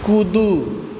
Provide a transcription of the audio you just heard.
कूदू